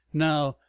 now,